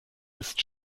ist